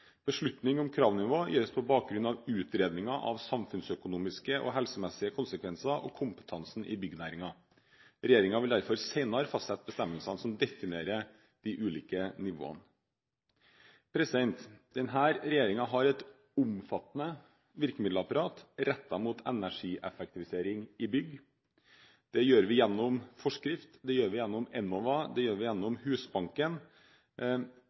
Beslutning om kravnivå gjøres på bakgrunn av utredninger av samfunnsøkonomiske og helsemessige konsekvenser og kompetansen i byggenæringen. Regjeringen vil derfor senere fastsette bestemmelsene som definerer de ulike nivåene. Denne regjeringen har et omfattende virkemiddelapparat rettet mot energieffektivisering i bygg. Det gjør vi gjennom forskrift, det gjør vi gjennom Enova, det gjør vi gjennom Husbanken.